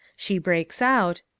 she breaks out,